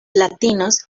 latinos